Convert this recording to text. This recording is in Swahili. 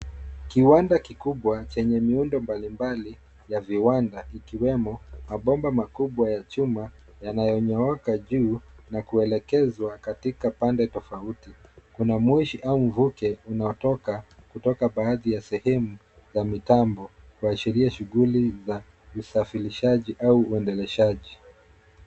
Kiwanda kikubwa chenye muundo mbali mbali ya viwanda ikiwemo mabomba makubwa cha chuma yananyooka juu na kuelekezwa katika pande tofauti. Kuna moshi au mvuke unatoka kutoka baadhi ya sehemu za mitambo, zakuashiria shughuli za usafirishaji au uendeleshaji